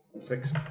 Six